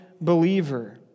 believer